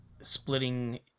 splitting